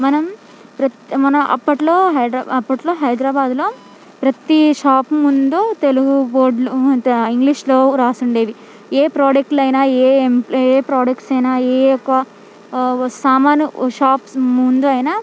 మనం ప్ర మనం అప్పట్లో హైడ్రా అప్పట్లో హైదరాబాదులో ప్రతీ షాప్ ముందు తెలుగు బోర్డులు తె ఇంగ్లీషులో రాసుండేవి ఏ ప్రోడక్ట్లు అయినా ఏ ప్రోడక్ట్స్ అయినా ఏ యొక్క వ సామాను షాప్స్ ముందు అయినా